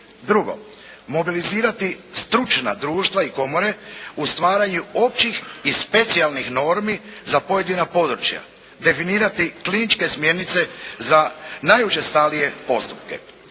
Drugo, mobilizirati stručna društva i komore u stvaranju općih i specijalnih normi za pojedina područja, definirati kliničke smjernice za najučestalije postupke.